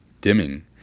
dimming